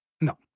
No